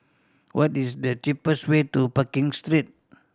what is the cheapest way to Pekin Street